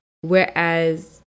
Whereas